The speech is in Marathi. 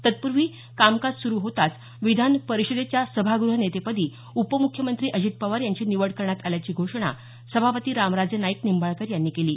तत्पूर्वी कामकाज सुरू होताच विधानपरिषदेच्या सभागृहनेतेपदी उपम्ख्यमंत्री अजित पवार यांची निवड करण्यात आल्याची घोषणा सभापती रामराजे नाईक निंबाळकर यांनी केली